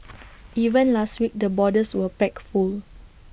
even last week the borders were packed full